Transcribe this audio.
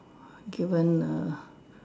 given a